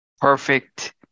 perfect